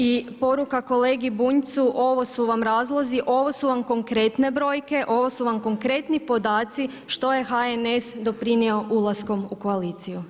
I poruka kolegi Bunjcu, ovo su vam razlozi, ovo su vam konkretne brojke, ovo su vam konkretni podaci, što je HNS doprinio ulaskom u koaliciju.